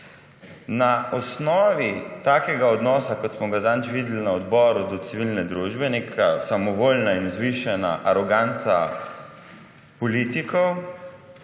Na osnovi takega odnosa, kot smo ga zadnjič videli na odboru do civilne družbe, neka samovoljna in vzvišena aroganca politikov,